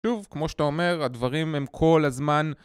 שוב, כמו שאתה אומר, הדברים הם כל הזמן...